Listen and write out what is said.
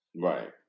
Right